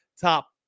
top